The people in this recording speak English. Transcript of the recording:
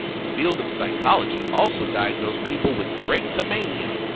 the field of psychology also diagnosed people with drapetomania,